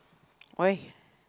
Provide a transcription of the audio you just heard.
why